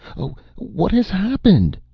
oh, what has happened?